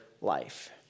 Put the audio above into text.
life